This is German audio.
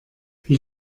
wie